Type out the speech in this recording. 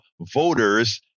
voters